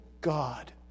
God